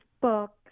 books